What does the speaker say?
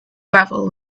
gravel